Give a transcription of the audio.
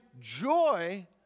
joy